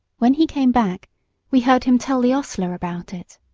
when he came back we heard him tell the hostler about it.